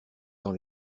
dans